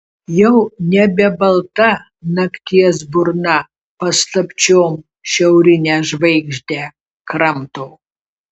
jau nebe balta nakties burna paslapčiom šiaurinę žvaigždę kramto